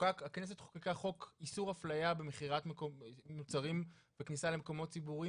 הכנסת חוקקה חוק איסור אפליה במכירת מוצרים בכניסה למקומות ציבוריים,